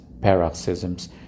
paroxysms